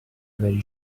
very